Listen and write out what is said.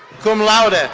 cum laude.